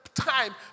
time